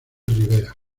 rivera